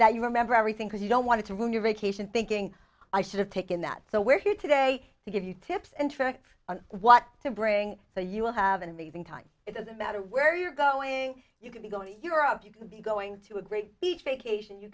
that you remember everything because you don't want to ruin your vacation thinking i should have taken that so we're here today to give you tips and tricks on what to bring to you will have an amazing time it doesn't matter where you're going you can be going to europe you can be going to a great beach vacation you